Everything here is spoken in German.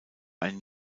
ein